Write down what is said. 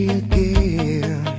again